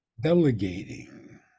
Delegating